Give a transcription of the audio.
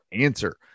answer